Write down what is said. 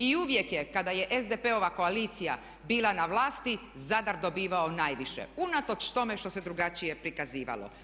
I uvijek je kada je SDP-ova koalicija bila na vlasti Zadar dobivao najviše unatoč tome što se drugačije prikazivalo.